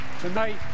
tonight